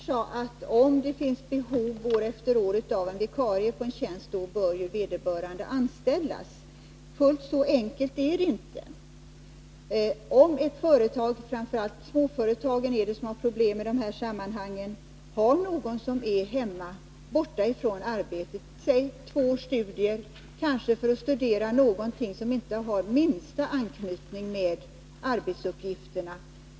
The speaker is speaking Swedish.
Herr talman! Eva Winther sade, att om det år efter år finns behov av en vikarie på en tjänst, bör den som haft vikariatet anställas. Fullt så enkelt är det inte. I ett företag — det är framför allt småföretagen som har problem i detta sammanhang — kan det finnas en person som är borta från arbetet för t.ex. två års studier, kanske för att studera någonting som inte har minsta anknytning till arbetsuppgifterna.